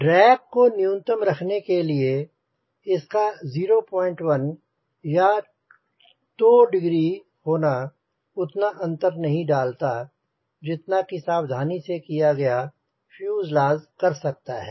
drag को न्यूनतम रखने के लिए इसका 01 या 2 डिग्री होना उतना अंतर नहीं डालता जितना के सावधानी से किया गया फ्यूजलाज़ कर सकता है